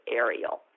aerial